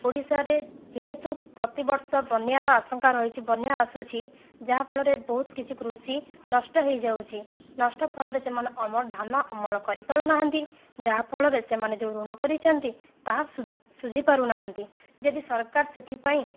ଓଡ଼ିଶାରେ ଯେହେତୁ ପ୍ରତିବର୍ଷ ବନ୍ୟାର ଆଶଙ୍କା ରହିଛି ବନ୍ୟା ଆସୁଛି ଯାହାଫଳରେ ବହୁତ କିଛି କୃଷି ନଷ୍ଟ ହୋଇଯାଉଛି ନଷ୍ଟ ଫଳରେ ସେମାନେ ଅମଳ ଧାନ ଅମଳ କରିପାରୁନାହାନ୍ତି ଯାହାଫଳରେ ସେମାନେ ଯେଉଁ ଋଣ କରିଛନ୍ତି ତାହା ସୁଝି ପାରୁନାହାଁନ୍ତି ଯଦି ସରକାର ସେଥିପାଇଁ